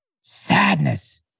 sadness